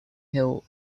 hill